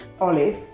Olive